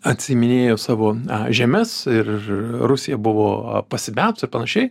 atsiiminėjo savo žemes ir rusija buvo pasidavus ir panašiai